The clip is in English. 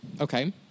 Okay